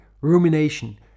rumination